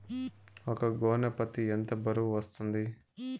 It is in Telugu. ఒక గోనె పత్తి ఎంత బరువు వస్తుంది?